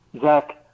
Zach